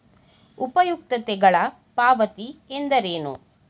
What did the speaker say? ಉಪಯುಕ್ತತೆಗಳ ಪಾವತಿ ಎಂದರೇನು?